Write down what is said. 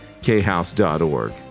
khouse.org